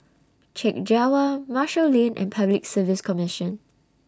Chek Jawa Marshall Lane and Public Service Commission